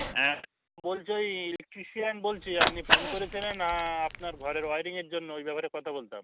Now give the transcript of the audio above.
হ্যাঁ বলছি ওই ইলেকট্রিসিয়ান বলছি আপনি ফোন করেছিলেন আপনার ঘরের ওয়্যারিংয়ের জন্য ওই ব্যাপারে কথা বলতাম